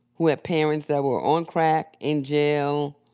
who had parents that were on crack, in jail,